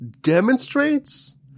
demonstrates